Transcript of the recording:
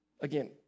Again